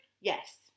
Yes